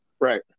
Right